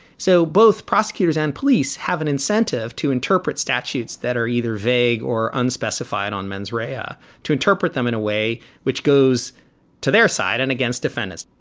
so both prosecutors and police have an incentive to interpret statutes that are either vague or unspecified on mens rea ah to interpret them in a way which goes to their side and against defendants